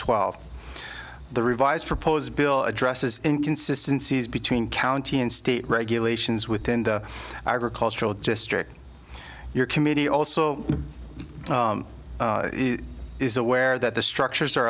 twelve the revised proposed bill addresses inconsistency between county and state regulations within the ira cultural district your committee also is aware that the structures are